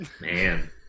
Man